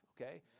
okay